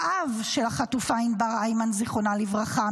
האב של החטופה ענבר הימן זכרה לברכה,